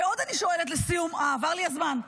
ועוד אני שואלת, לסיום, אה, עבר לי הזמן.